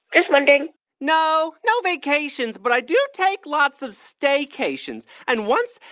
just wondering no, no vacations. but i do take lots of staycations. and once,